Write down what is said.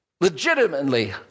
legitimately